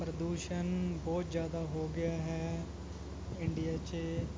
ਪ੍ਰਦੂਸ਼ਣ ਬਹੁਤ ਜ਼ਿਆਦਾ ਹੋ ਗਿਆ ਹੈ ਇੰਡੀਆ 'ਚ